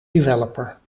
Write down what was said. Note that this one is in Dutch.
developer